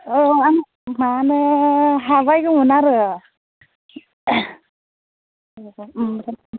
अ आं माने हा बायगौमोन आरो